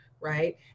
right